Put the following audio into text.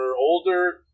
older